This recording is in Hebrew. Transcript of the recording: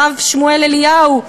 הרב שמואל אליהו,